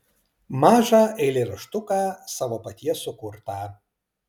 mažą eilėraštuką savo paties sukurtą